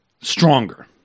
stronger